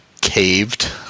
caved